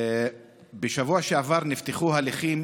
בשבוע שעבר נפתחו הליכים